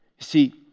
See